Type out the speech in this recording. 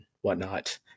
whatnot